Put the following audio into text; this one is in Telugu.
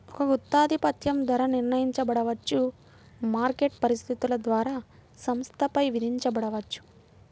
ఒక గుత్తాధిపత్యం ధర నిర్ణయించబడవచ్చు, మార్కెట్ పరిస్థితుల ద్వారా సంస్థపై విధించబడవచ్చు